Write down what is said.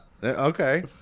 Okay